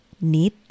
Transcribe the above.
Need